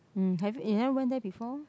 um have you never went there before